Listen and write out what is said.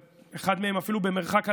אחד מהם אפילו במרחק הליכה,